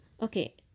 Okay